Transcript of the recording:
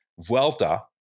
Vuelta